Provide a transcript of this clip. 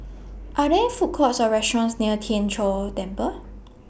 Are There Food Courts Or restaurants near Tien Chor Temple